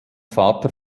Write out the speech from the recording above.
vater